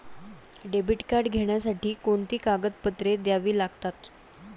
Debit card घेण्यासाठी कोणती कागदपत्रे द्यावी लागतात?